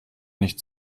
nicht